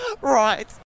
Right